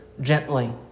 gently